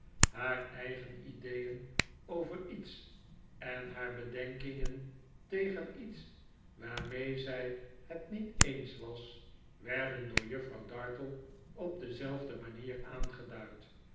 haar eigen ideeen over iets en haar bedenkingen tegen iets waarmee zij het niet eens was werden door juffrouw dartle opdezelfde manier aangeduid